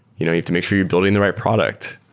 you know have to make sure you're building the right product.